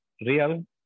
real